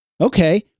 Okay